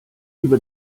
über